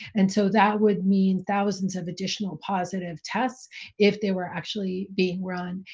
and so that would mean thousands of additional positive tests if they were actually being run,